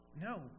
No